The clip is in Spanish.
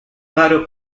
faro